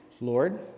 Lord